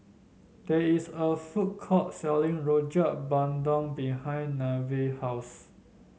there is a food court selling Rojak Bandung behind Nevaeh house